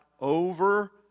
over